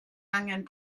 angen